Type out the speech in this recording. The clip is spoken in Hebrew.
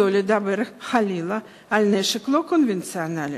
שלא לדבר חלילה על נשק לא קונבנציונלי.